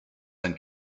and